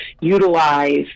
utilize